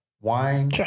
wine